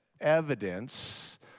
evidence